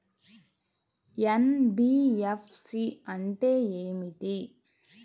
NBFC అంటే ఏమిటి?